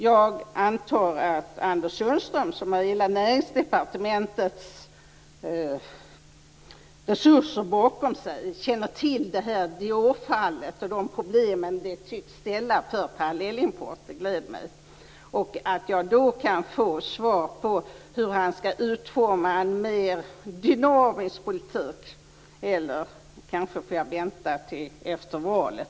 Jag antar att Anders Sundström, som har hela Näringsdepartementets resurser bakom sig, känner till Diorfallet och de problem som det tycks ställa för parallellimporten. Det gläder mig. Jag kanske då kan få svar på hur han skall utforma en mer dynamisk politik, eller jag kanske får vänta på en sådan till efter valet.